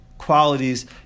Qualities